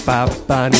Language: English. Papa